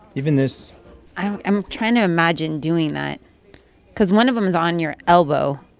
even this i am trying to imagine doing that because one of them is on your elbow